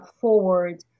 forward